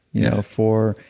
you know for,